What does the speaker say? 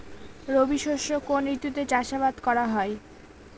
রবি শস্য কোন ঋতুতে চাষাবাদ করা হয়?